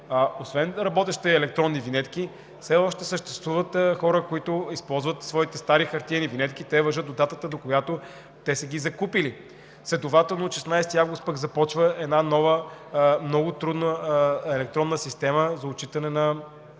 освен работещи електронни винетки, все още има хора, които използват своите стари хартиени винетки, те важат до датата, за която са ги закупили. Следователно от 16 август започва една нова много трудна електронна система за отчитане на тол